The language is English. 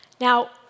Now